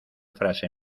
frase